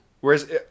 Whereas